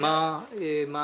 ומה הנושא הזה?